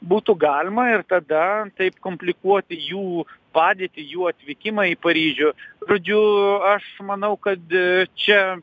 būtų galima ir tada taip komplikuoti jų padėtį jų atvykimą į paryžių žodžiu aš manau kad čia